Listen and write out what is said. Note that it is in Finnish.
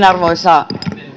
arvoisa